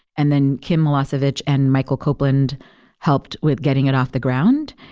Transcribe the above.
and then kim milosevich and michael copeland helped with getting it off the ground.